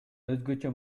өзгөчө